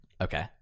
Okay